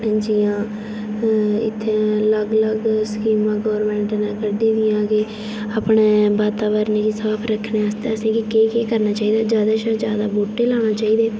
हां जी हा इत्थै अलग अलग स्कीमां गौरमेंट ने कड्ढी दियां कि अपने वातवरण गी साफ रक्खने आस्तै असेंगी केह् केह् करना चाहिदा ज्यादा शा ज्यादा बूह्टे लाना चाहिदे